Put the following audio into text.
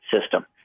system